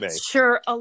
sure